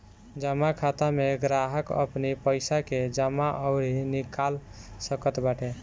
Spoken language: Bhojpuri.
जमा खाता में ग्राहक अपनी पईसा के जमा अउरी निकाल सकत बाटे